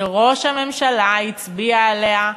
שראש הממשלה הצביע עליה.